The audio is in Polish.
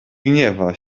gniewa